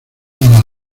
las